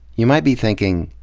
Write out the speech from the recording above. you might be thinking,